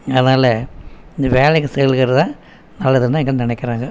அதனால் இந்த வேலைக்கு செல்கிறதை நல்லதுன்னுதான் இங்கே நினைக்கிறாங்க